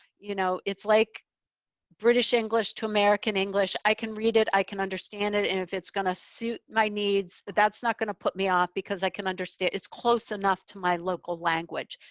you know it's like british english to american english. i can read it. i can understand it. and if it's going to suit my needs, that's not going to put me off because i can understand, it's close enough to my local language.